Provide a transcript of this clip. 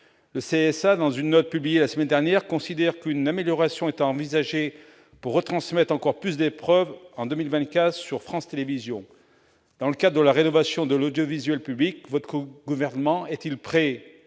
Le CSA, dans une note publiée la semaine dernière, considère qu'une amélioration est à envisager pour retransmettre encore plus d'épreuves en 2024 sur France Télévisions. Dans le cadre de la rénovation de l'audiovisuel public, madame la ministre, le Gouvernement est-il prêt à